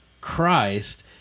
Christ